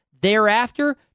Thereafter